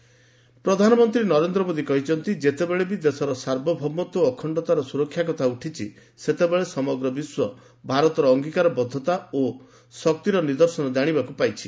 ମନ୍ କି ବାତ୍ ପ୍ରଧାନମନ୍ତ୍ରୀ ନରେନ୍ଦ୍ର ମୋଦୀ କହିଛନ୍ତି ଯେତେବେଳେବି ଦେଶର ସାର୍ବଭୌମତ୍ୱ ଓ ଅଖଣ୍ଡତାର ସୁରକ୍ଷା କଥା ଉଠିଛି ସେତେବେଳେ ସମଗ୍ର ବିଶ୍ୱ ଭାରତର ଅଙ୍ଗୀକାରବଦ୍ଧତା ଓ ଶକ୍ତିର ନିଦର୍ଶନ ଜାଶିବାକୁ ପାଇଛି